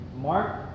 Mark